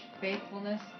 faithfulness